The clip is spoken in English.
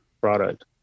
product